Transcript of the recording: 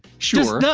sure.